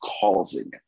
causing